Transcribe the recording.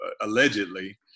allegedly